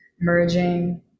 merging